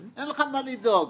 אין לך מה לדאוג.